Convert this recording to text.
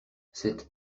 c’est